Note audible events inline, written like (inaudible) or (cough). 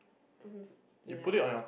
(noise) ya